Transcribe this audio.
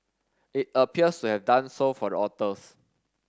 it appears to have done so for the authors